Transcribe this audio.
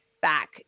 back